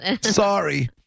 Sorry